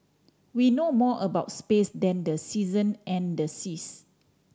we know more about space than the season and the seas